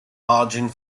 lodging